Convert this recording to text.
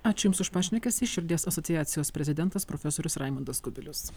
ačiū jums už pašnekesį širdies asociacijos prezidentas profesorius raimundas kubilius